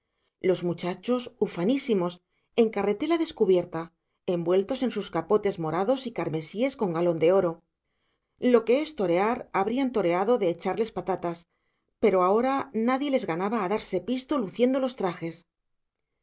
los muchachos ufanísimos en carretela descubierta envueltos en sus capotes morados y carmesíes con galón de oro lo que es torear habrían toreado de echarles patatas pero ahora nadie les ganaba a darse pisto luciendo los trajes